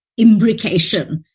imbrication